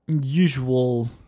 usual